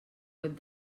web